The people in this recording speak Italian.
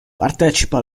partecipa